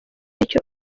nicyo